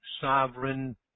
sovereign